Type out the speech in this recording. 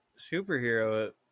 superhero